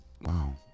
wow